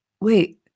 wait